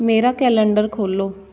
ਮੇਰਾ ਕੈਲੰਡਰ ਖੋਲ੍ਹੋ